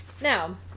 Now